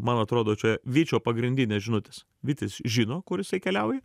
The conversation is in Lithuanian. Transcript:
man atrodo čia vyčio pagrindinės žinutės vytis žino kur jisai keliauja